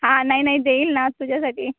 हा नाही नाही देईल ना तुझ्यासाठी